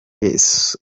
yesu